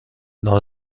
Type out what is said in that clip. dans